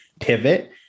pivot